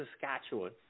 Saskatchewan